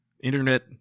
internet